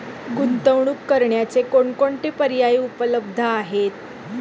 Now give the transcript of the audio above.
गुंतवणूक करण्याचे कोणकोणते पर्याय उपलब्ध आहेत?